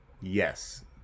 Yes